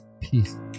peace